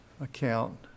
account